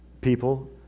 people